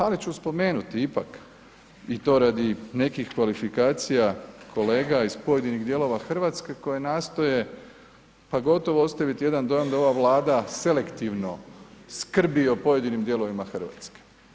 Ali ću spomenuti ipak i to radi nekih kvalifikacija kolega iz pojedinih dijelova RH koji nastoje pa gotovo ostaviti jedan dojam da ova Vlada selektivno skrbi o pojedinim dijelovima RH.